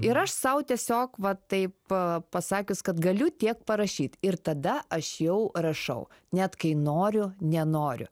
ir aš sau tiesiog va taip pasakius kad galiu tiek parašyt ir tada aš jau rašau net kai noriu nenoriu